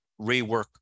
rework